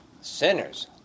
sinners